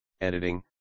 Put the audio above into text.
editing